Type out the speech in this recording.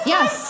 Yes